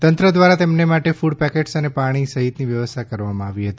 તંત્ર દ્વારા તેમને માટે ફડ પેકેટ અને પાણી સહિતની વ્યવસ્થા કરવામાં આવી હતી